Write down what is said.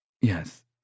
Yes